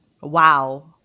Wow